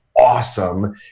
awesome